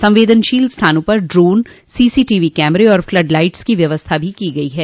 संवेदनशील स्थानों पर ड्रोन सीसीटीवी कैमरे और फ्लड लाइट्स की व्यवस्था भी की गई है